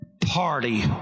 party